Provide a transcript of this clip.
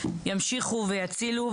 ימשיכו ויצילו.